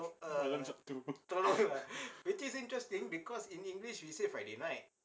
to~ to~ tolong